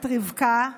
את רבקה,